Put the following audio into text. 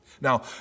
Now